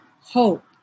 hope